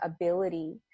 ability